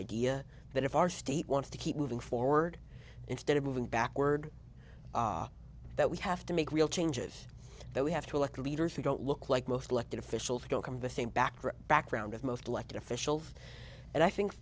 idea that if our state wants to keep moving forward instead of moving backward that we have to make real changes that we have to elect leaders who don't look like most elected officials go come to think back to a background of most elected officials and i think